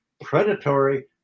predatory